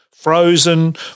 Frozen